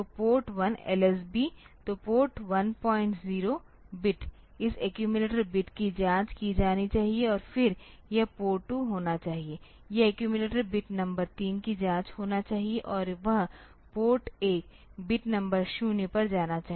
तो port 1 LSB तो port 10 bit इस एक्यूमिलेटर बिट की जांच की जानी चाहिए और फिर यह पोर्ट 2 होना चाहिए यह एक्यूमिलेटर बिट नंबर 3 की जाँच होना चाहिए और वह पोर्ट 1 बिट नंबर 0 पर जाना चाहिए